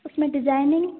उसमें डिजाइनिंग